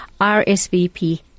RSVP